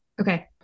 Okay